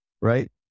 right